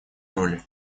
роли